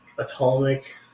Atomic